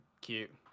Cute